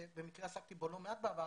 שבמקרה עסקתי בו לא מעט בעבר,